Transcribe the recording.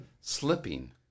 Slipping